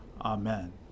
Amen